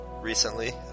recently